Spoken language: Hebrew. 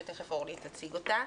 שתיכף אורלי תציג אותה,